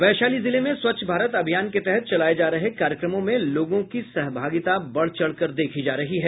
वैशाली जिले मे स्वच्छ भारत अभियान के तहत चलाये जा रहे कार्यक्रमों में लोगों की सहभागिता बढ़ चढ़कर देखी जा रही है